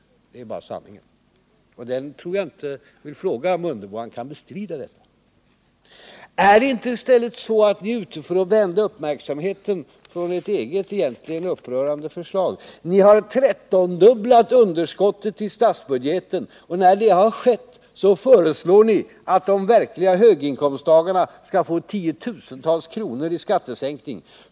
Det är bara sanningen. Och jag vill fråga Ingemar Mundebo om han kan bestrida detta. Är det inte i stället så att ni är ute för att vända uppmärksamheten från ert eget egentligen upprörande förslag? Ni har trettondubblat underskottet i statsbudgeten. Och när det har skett föreslår ni att de verkliga höginkomsttagarna skall få tiotusentals kronor i skattesänkning.